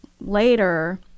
later